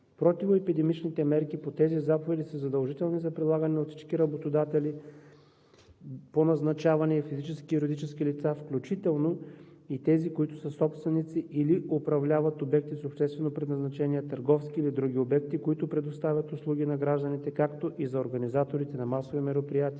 Противоепидемичните мерки по тези заповеди са задължителни за прилагане от всички работодатели по назначаване – и физически, и юридически лица, включително и тези, които са собственици или управляват обекти с обществено предназначение, търговски или други обекти, които предоставят услуги на гражданите, както и за организаторите на масови мероприятия,